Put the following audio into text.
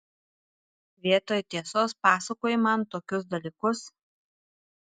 vietoj tiesos pasakoji man tokius dalykus